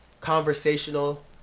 conversational